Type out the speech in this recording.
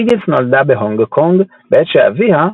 היגינס נולדה בהונג קונג בעת שאביה,